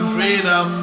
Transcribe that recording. Freedom